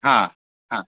हां हां